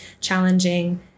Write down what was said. challenging